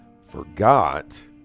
forgot